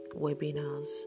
Webinars